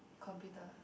computer